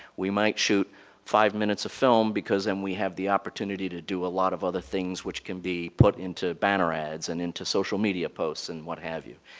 we might shoot five minutes of film because then we have the opportunity to do a lot of other things which can be put into banner ads and into social media posts and what have you.